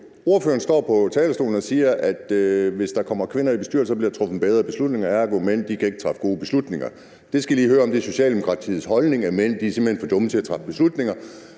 Ordføreren står på talerstolen og siger, at hvis der kommer kvinder i bestyrelser, bliver der truffet bedre beslutninger; ergo kan mænd ikke træffe gode beslutninger. Jeg skal lige høre, om det er Socialdemokratiets holdning, at mænd simpelt hen er for dumme til at træffe beslutninger.